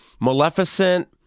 Maleficent